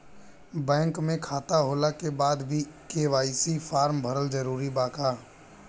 Bank में खाता होला के बाद भी के.वाइ.सी फार्म भरल जरूरी बा का?